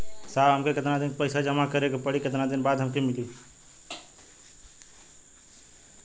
साहब हमके कितना दिन तक पैसा जमा करे के पड़ी और कितना दिन बाद हमके मिली?